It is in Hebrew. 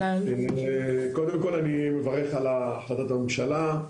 אני מברך על החלטת הממשלה.